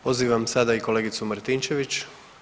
Pozivam sada i kolegicu Martinčević.